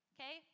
Okay